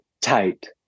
tight